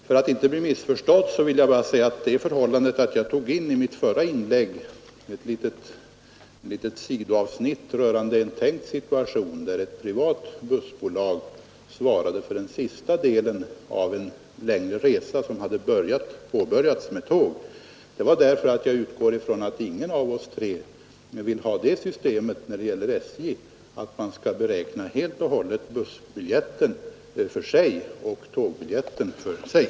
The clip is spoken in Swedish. För att inte bli missförstådd vill jag också säga att anledningen till att jag i mitt förra inlägg tog med ett litet sidoavsnitt rörande en tänkt situation, där ett privat bussbolag svarade för den sista delen av en längre resa som påbörjats med tåg, var att jag utgår från att ingen av oss tre vill ha det systemet när det gäller SJ att man skall beräkna bussbiljetten för sig och tågbiljetten för sig.